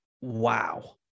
wow